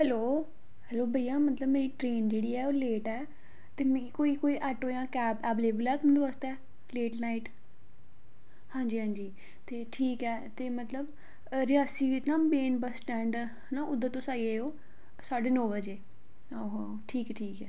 hello hello भइया मतलब मेरी ट्रेन जेह्ड़ी ऐ ओह् लेट ऐ ते मिगी कोई कोई आटो जां कैब अबेलेबल ऐ तुंदै बास्तै लेट नाईट हां जी हां जी ते ठीक ऐ ते मतलब रियासी दे ना मेन बस्स स्टैंड ना उद्धर तुस आई जाएओ साढे नौ बजे आहो आहो ठीक ठीक ऐ